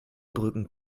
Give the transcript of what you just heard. brücken